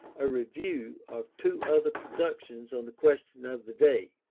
a review of two other productions on the question of the day